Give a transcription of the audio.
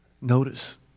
Notice